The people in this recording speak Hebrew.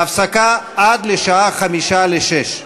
(הישיבה נפסקה בשעה 17:05 ונתחדשה בשעה 18:01.)